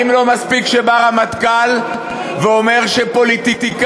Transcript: האם לא מספיק שבא רמטכ"ל ואומר שפוליטיקאים